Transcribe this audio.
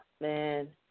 man